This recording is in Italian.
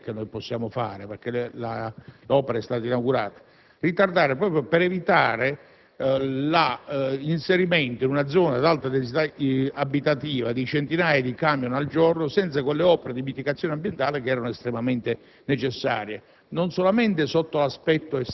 è una semplice lamentela quella che possiamo fare, perché l'opera è stata inaugurata), proprio per evitare il transito in una zona ad alta densità abitativa di centinaia di camion al giorno, in assenza di quelle opere di mitigazione ambientale che erano estremamente necessarie,